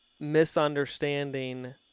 misunderstanding